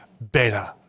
better